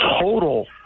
total